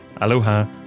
Aloha